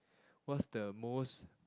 what's the most